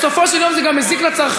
בסופו של יום זה גם מזיק לצרכנים,